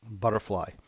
butterfly